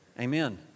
Amen